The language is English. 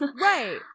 Right